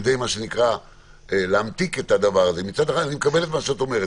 כדי להמתיק את הדבר הזה מצד אחד אני מקבל את מה שאת אומרת,